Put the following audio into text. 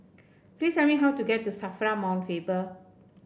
please tell me how to get to Safra Mount Faber